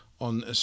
on